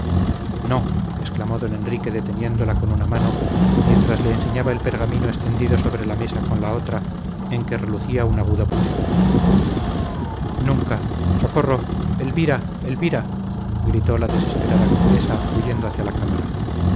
no exclamó don enrique deteniéndola con una mano mientras le enseñaba el pergamino extendido sobre la mesa con la otra en que relucía su agudo puñal nunca socorro elvira elvira gritó la desesperada condesa huyendo hacia la cámara